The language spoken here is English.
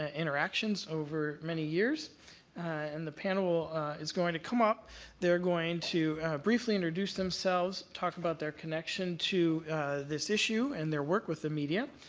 ah interactions over many years and the panel is going to come up they're going to briefly introduce themselves, talk about their connection to this issue and their work with the media,